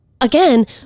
again